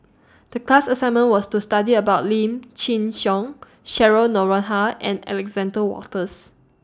The class assignment was to study about Lim Chin Siong Cheryl Noronha and Alexander Wolters